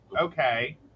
okay